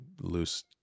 loose